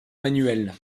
manuelle